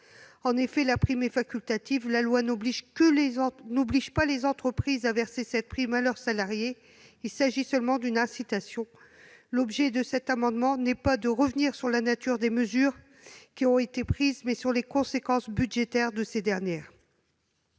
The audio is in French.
En effet, la prime est facultative ; la loi n'oblige pas les entreprises à verser cette prime à leurs salariés, il s'agit seulement d'une incitation. L'objet de cet amendement est de revenir non sur la nature des mesures prises, mais sur les conséquences budgétaires de ces dernières.